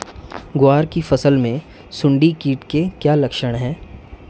ग्वार की फसल में सुंडी कीट के क्या लक्षण है?